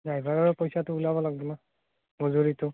ড্ৰাইভাৰৰ পইচাটো ওলাব লাগিব ন মজুৰিটো